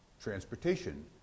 transportation